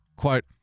Quote